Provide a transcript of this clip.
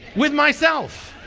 with myself.